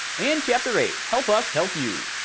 and chapter eight help us, help you,